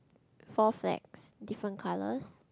four flags different colours